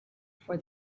for